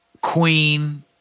Queen